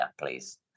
please